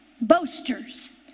Boasters